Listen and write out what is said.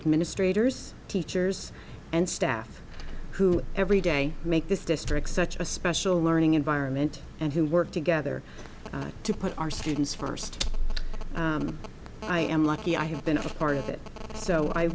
administrators teachers and staff who every day make this district such a special learning environment and who work together to put our students first i am lucky i have been a part of it so i